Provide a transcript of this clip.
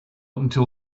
until